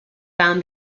found